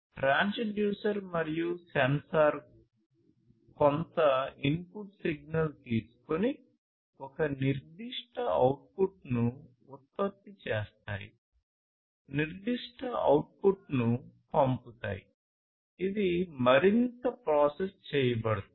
transducer మరియు sensor కొంత input signal తీసుకొని ఒక నిర్దిష్ట అవుట్పుట్ను ఉత్పత్తి చేస్తాయి నిర్దిష్ట అవుట్పుట్ను పంపుతాయి ఇది మరింత ప్రాసెస్ చేయబడుతుంది